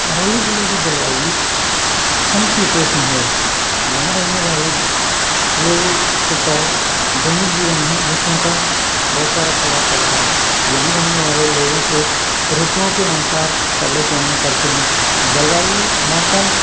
करौली जिले की जलवायु समशीतोष्ण है यहाँ रहने वाले लोगों के ऊपर दैनिक जीवन में ऋतुओं का बहुत सारा प्रभाव पड़ता है यहाँ रहने वाले लोगों को ऋतुओं के अनुसार कपड़े पहनने पड़ते हैं जलवायु मौसम